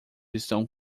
estão